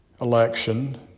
election